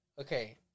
Okay